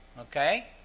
Okay